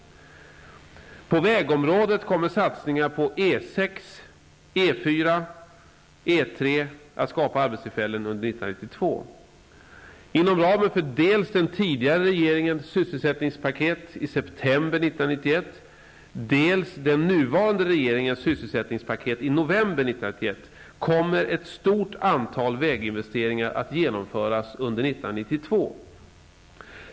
På vägområdet kommer satsningar på E 6, E 4 och E 3 att skapa arbetstillfällen under 1992. Inom ramen för dels den tidigare regeringens sysselsättningspaket i september 1991, dels den nuvarande regeringens sysselsättningspaket i november 1991 kommer ett stort antal väginvesteringar att genomföras under 1992.